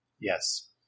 Yes